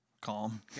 calm